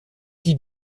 qui